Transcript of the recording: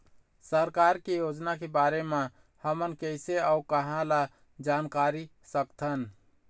सरकार के योजना के बारे म हमन कैसे अऊ कहां ल जानकारी सकथन?